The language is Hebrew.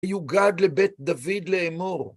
יוגד לבית דוד לאמור.